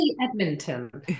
Edmonton